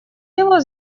его